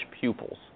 pupils